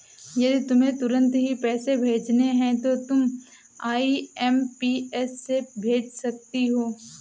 यदि तुम्हें तुरंत ही पैसे भेजने हैं तो तुम आई.एम.पी.एस से भेज सकती हो